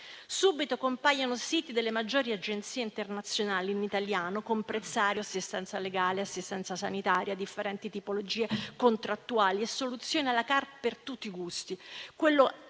Subito compaiono siti delle maggiori agenzie internazionali in italiano con prezzario, assistenza legale, assistenza sanitaria, differenti tipologie contrattuali e soluzioni per tutti i gusti.